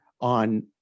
on